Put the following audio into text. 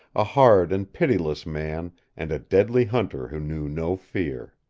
a hard and pitiless man and a deadly hunter who knew no fear.